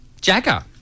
Jagger